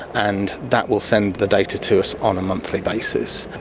and that will send the data to us on a monthly basis.